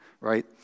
Right